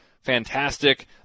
fantastic